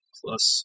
plus